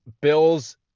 Bills